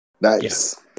Nice